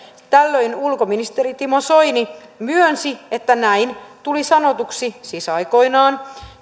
tällöin ulkoministeri timo soini myönsi että näin tuli sanotuksi siis aikoinaan